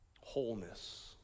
Wholeness